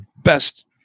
best